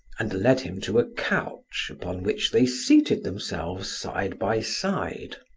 and led him to a couch, upon which they seated themselves side by side.